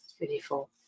Beautiful